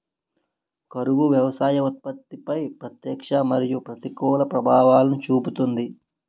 కరువు వ్యవసాయ ఉత్పత్తిపై ప్రత్యక్ష మరియు ప్రతికూల ప్రభావాలను చూపుతుంది